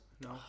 No